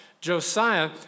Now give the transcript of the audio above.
Josiah